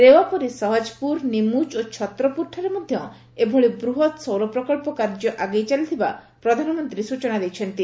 ରେଓ୍ୱା ପରି ସହଜପୁର ନିମୁଚ ଓ ଛତ୍ରପୁରଠାରେ ମଧ୍ୟ ଏଭଳି ବୃହତ୍ ସୌର ପ୍ରକଳ୍ପ କାର୍ଯ୍ୟ ଆଗେଇ ଚାଲିଥିବା ପ୍ରଧାନମନ୍ତ୍ରୀ ସୂଚନା ଦେଇଛନ୍ତି